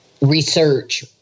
research